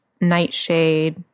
Nightshade